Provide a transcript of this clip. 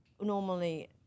normally